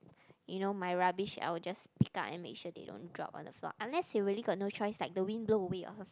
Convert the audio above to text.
you know my rubbish I will just pick up and make sure they don't drop on the floor unless you really got no choice like the wind blow away or